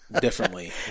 differently